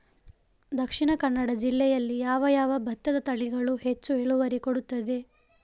ದ.ಕ ಜಿಲ್ಲೆಯಲ್ಲಿ ಯಾವ ಯಾವ ಭತ್ತದ ತಳಿಗಳು ಹೆಚ್ಚು ಇಳುವರಿ ಕೊಡುತ್ತದೆ?